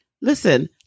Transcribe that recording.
Listen